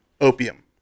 opium